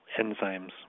enzymes